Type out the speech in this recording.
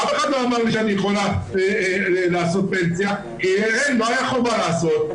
אף אחד לא אמר לי שאני יכולה לעשות פנסיה כי לא היה חובה לעשות,